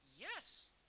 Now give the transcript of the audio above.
Yes